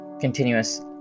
continuous